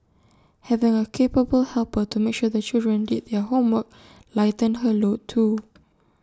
having A capable helper to make sure the children did their homework lightened her load too